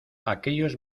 aquellos